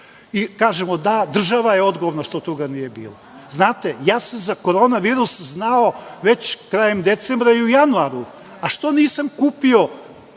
I kažemo, da, država je odgovorna što toga nije bilo. Znate, ja sam za Korona virus znao već krajem decembra i u januaru. A što nisam kupio